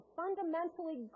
fundamentally